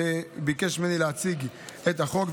שביקש ממני להציג את החוק,